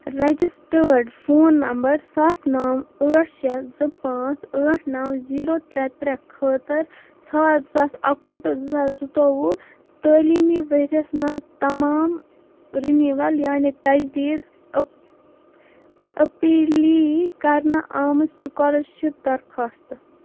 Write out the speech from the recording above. registered phone number سَتھ نَو ٲٹھ شےٚ زٕ پانٛژھ ٲٹھ نَو زیٖرو ترٛےٚ ترٛےٚ خٲطٕر ژھار زٕ ساس اَکہٕ وُہ ٹُو زٕ ساس زٕ تووُہ تعلیٖمی ورۍ یَس مَنٛز تمام رِنیوَل یعنی تجدیٖد اپیٖلیۍ کرنہٕ آمِتۍ سُکالرشپ درخوٛاستہٕ